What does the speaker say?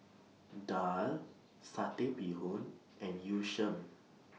Daal Satay Bee Hoon and Yu Sheng